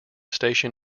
station